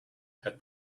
had